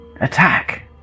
attack